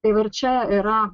tai ir čia yra